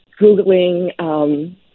googling